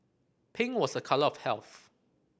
pink was a colour of health